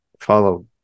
follow